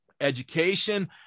education